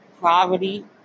poverty